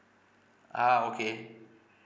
ah okay